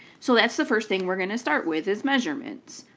so that's the first thing we're going to start with is measurements.